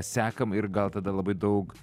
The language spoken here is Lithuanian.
sekam ir gal tada labai daug